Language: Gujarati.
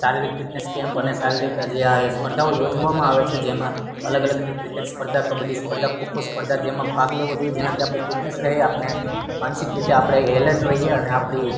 શારીરિક ફિટનેસ કેમ્પ અને શારીરિક જે આ એ સ્પર્ધાઓ યોજવામાં આવે છે જેમાં અલગ અલગ ક્રિકેટ સ્પર્ધા કબડ્ડી સ્પર્ધા ખોખો સ્પર્ધા જેમાં ભાગ લેવો જોઈ જેનાથી આપણી ફિટનસ રહે આપણે માનસિક રીતે આપણે એલર્ટ રહીએ અને આપણી